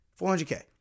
400K